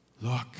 look